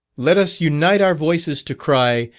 let us unite our voices to cry,